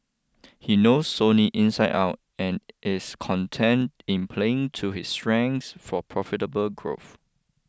he knows Sony inside out and is content in playing to his strengths for profitable growth